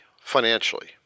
financially